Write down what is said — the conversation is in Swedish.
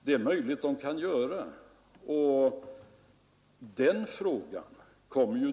Det är möjligt att man kan göra det.